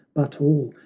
but all,